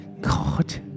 God